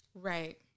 right